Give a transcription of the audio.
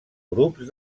grups